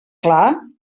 clar